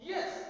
Yes